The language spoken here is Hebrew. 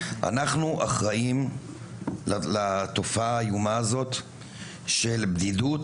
אנחנו אחראים לתופעה האיומה הזאת של בדידות,